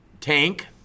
Tank